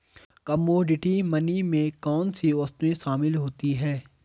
Commodity money में कौन सी वस्तुएं शामिल होती हैं?